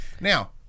Now